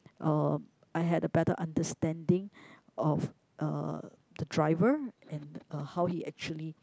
uh I had a better understanding of uh the driver and uh how he actually